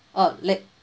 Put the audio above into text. oh late